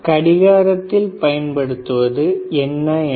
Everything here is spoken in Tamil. கடிகாரத்தில் பயன்படுத்துவது என்ன என்று